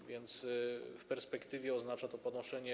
A więc w perspektywie oznacza to ponoszenie.